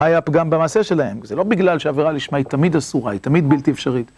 היה גם במעשה שלהם, זה לא בגלל שעבירה לשמה תמיד אסורה, היא תמיד בלתי אפשרית.